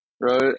right